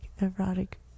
Erotic